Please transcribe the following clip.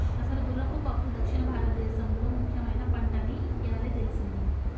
అసలు గుర్రపు పప్పు దక్షిణ భారతదేసంలో ముఖ్యమైన పంటని ఇయ్యాలే తెల్సింది